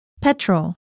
Petrol